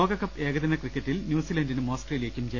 ലോകകപ്പ് ഏകദിന ക്രിക്കറ്റിൽ ന്യൂസിലന്റിനും ഓസ്ട്രേലി യയ്ക്കും ജയം